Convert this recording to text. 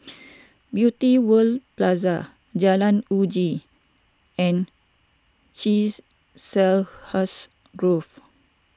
Beauty World Plaza Jalan Uji and Grove